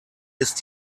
ist